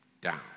down